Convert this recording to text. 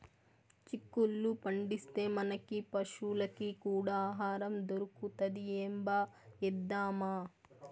చిక్కుళ్ళు పండిస్తే, మనకీ పశులకీ కూడా ఆహారం దొరుకుతది ఏంబా ఏద్దామా